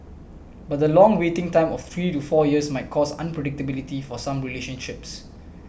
but the long waiting time of three to four years might cause unpredictability for some relationships